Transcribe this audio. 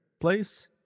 place